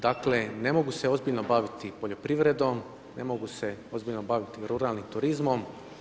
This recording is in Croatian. Dakle ne mogu se ozbiljno baviti poljoprivredom, ne mogu se ozbiljno baviti ruralnim turizmom.